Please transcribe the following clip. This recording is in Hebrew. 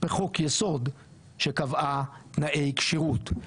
בחוק יסוד שקבעה תנאי כשירות.